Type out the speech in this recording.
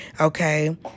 okay